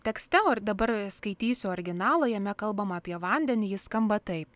tekste or dabar skaitysiu originalo jame kalbama apie vandenį ji skamba taip